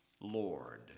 Lord